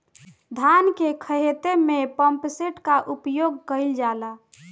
धान के ख़हेते में पम्पसेट का उपयोग कइल जाला?